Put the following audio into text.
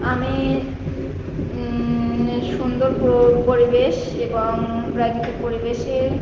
আমি সুন্দর প পরিবেশ এবং প্রাকৃতিক পরিবেশে